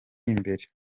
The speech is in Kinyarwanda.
imbere